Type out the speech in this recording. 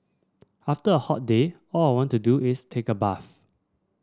after a hot day all I want to do is take a bath